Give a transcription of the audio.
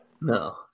No